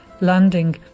landing